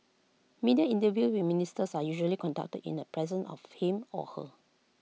media interviews with ministers are usually conducted in the presence of him or her